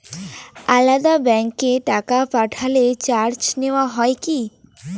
আলাদা ব্যাংকে টাকা পাঠালে চার্জ নেওয়া হয় কি?